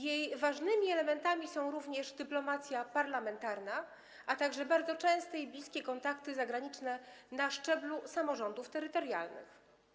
Jej ważnymi elementami są dyplomacja parlamentarna, a także bardzo częste i bliskie kontakty zagraniczne na szczeblu samorządów terytorialnych.